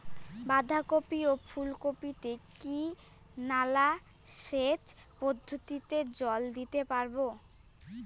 বাধা কপি ও ফুল কপি তে কি নালা সেচ পদ্ধতিতে জল দিতে পারবো?